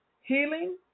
healing